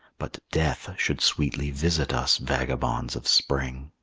but death should sweetly visit us vagabonds of spring.